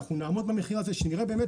יהיה".